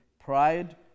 Pride